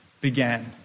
began